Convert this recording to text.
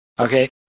okay